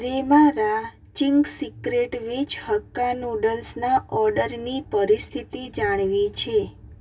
મારે મારા Ching's Secret veg hakka નૂડલ્સના ઓર્ડરની પરિસ્થિતિ જાણવી છે